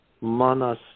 Manas